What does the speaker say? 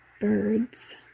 birds